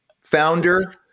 founder